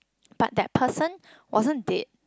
but that person wasn't dead